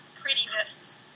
prettiness